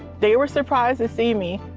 they were surprised to see me.